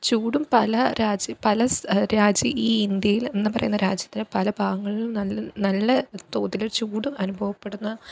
ചൂടും പല രാജ്യ പല രാജ്യ ഈ ഇന്ത്യയിൽ എന്ന് പറയുന്ന രാജ്യത്ത് പല ഭാഗങ്ങളിൽ നിന്ന് നല്ല തോതിൽ ചൂട് അനുഭവപ്പെടുന്ന